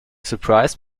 surprise